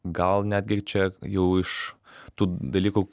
gal netgi čia jau iš tų dalykų